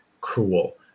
cruel